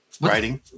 writing